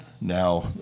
now